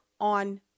on